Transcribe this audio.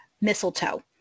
mistletoe